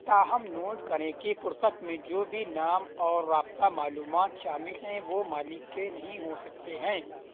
تاہم نوٹ کریں کہ فرصت میں جو بھی نام اور رابطہ معلومات شامل ہیں وہ مالک کے نہیں ہو سکتے ہیں